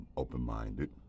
open-minded